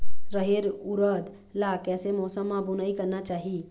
रहेर उरद ला कैसन मौसम मा बुनई करना चाही?